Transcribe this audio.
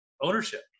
ownership